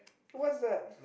what's that